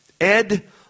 Ed